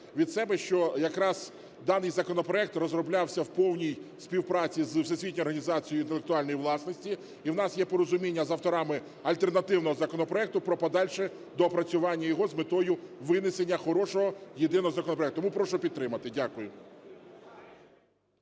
від себе, що якраз даний законопроект розроблявся в повній співпраці з Всесвітньою організацією інтелектуальної власності, і в нас є порозуміння з авторами альтернативного законопроекту про подальше доопрацювання його з метою винесення хорошого єдиного законопроекту. Тому прошу підтримати. Дякую.